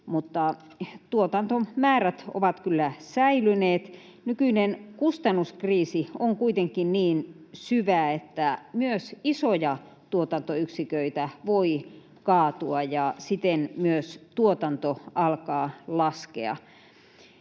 mutta tuotantomäärät ovat kyllä säilyneet. Nykyinen kustannuskriisi on kuitenkin niin syvä, että myös isoja tuotantoyksiköitä voi kaatua ja siten myös tuotanto alkaa laskea.